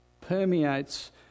permeates